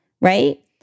right